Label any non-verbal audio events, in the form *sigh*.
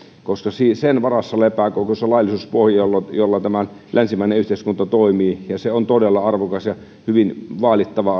koska sen varassa lepää koko se laillisuuspohja jolla jolla tämä länsimainen yhteiskunta toimii ja se on todella arvokas ja hyvin vaalittava *unintelligible*